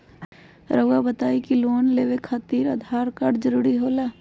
रौआ बताई की लोन लेवे खातिर आधार कार्ड जरूरी होला?